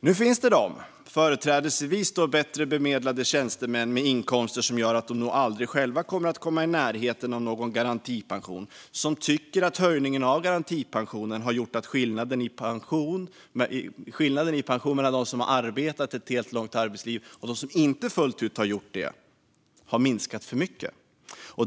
Nu finns företrädesvis bättre bemedlade tjänstemän med inkomster som gör att de aldrig själva kommer att komma i närheten av någon garantipension som tycker att höjningen av garantipensionen har gjort att skillnaden i pension mellan dem som har arbetat ett helt långt arbetsliv och dem som inte fullt ut har gjort det har minskat för mycket.